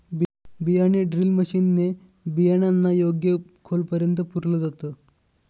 बियाणे drill machine ने बियाणांना योग्य खोलापर्यंत पुरल जात